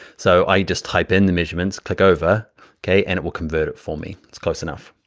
so i just type in the measurements, click over okay, and it will convert it for me, it's close enough.